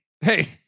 hey